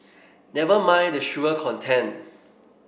never mind the sugar content